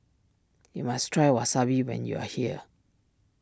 you must try Wasabi when you are here